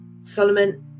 Solomon